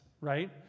right